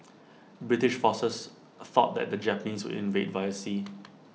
British forces thought that the Japanese would invade via sea